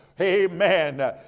amen